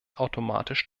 automatisch